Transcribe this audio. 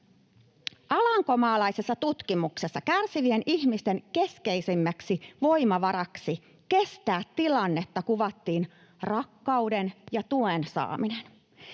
Alankomaalaisessa tutkimuksessa kärsivien ihmisten keskeisimmäksi voimavaraksi kestää tilannetta kuvattiin rakkauden ja tuen saaminen.